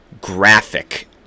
graphic